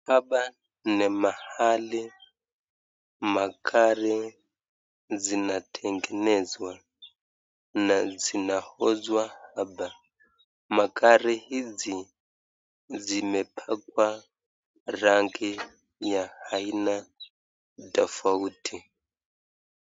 Hapa ni mahali magari zinatengenezwa na zinauzwa hapa. Magari hizi zimepakwa rangi ya aina tofauti.